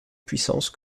puissance